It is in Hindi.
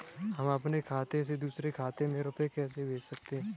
हम अपने खाते से दूसरे के खाते में रुपये कैसे भेज सकते हैं?